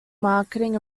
marketing